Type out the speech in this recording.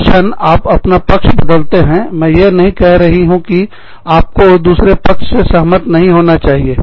जिस क्षण अब अपना पक्ष बदलते हैं मैं यह नहीं कह रही हूँ कि आपको दूसरे पक्ष से सहमत नहीं होना चाहिए